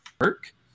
work